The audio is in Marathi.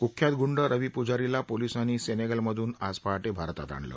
क्ख्यात गुंड रवी पूजारीला पोलिसांनी सेनेगलमधून आज पहाटे भारतात आणलं